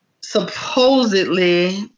supposedly